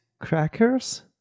crackers